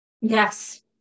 yes